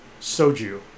soju